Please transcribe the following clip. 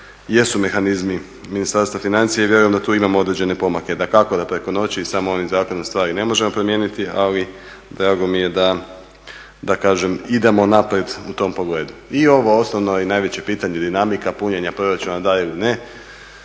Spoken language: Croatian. jesu mehanizmi Ministarstva financija i vjerujem da tu imamo određene pomake. Dakako da preko noći i samo ovim zakonom stvari ne možemo promijeniti ali drago mi je da kažem idemo naprijed u tom pogledu. I ovo osnovno i najveće pitanje dinamika punjenja proračuna, da ili ne,